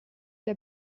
der